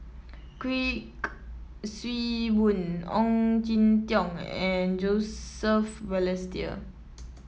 Kuik Swee Boon Ong Jin Teong and Joseph Balestier